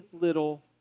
little